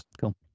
cool